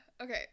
Okay